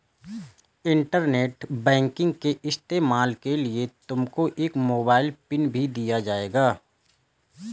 internet banking के इस्तेमाल के लिए तुमको एक मोबाइल पिन भी दिया जाएगा